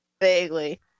Vaguely